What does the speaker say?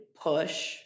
Push